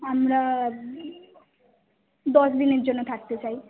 আমরা দশ দিনের জন্য থাকতে চাই